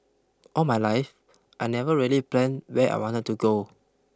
all my life I never really plan where I wanted to go